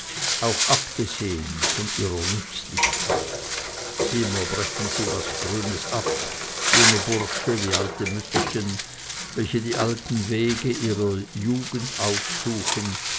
auch abgesehen von ihrer nützlichkeit immer brechen sie was grünes ab junge bursche wie alte mütterchen welche die alten wege ihrer jugend aufsuchen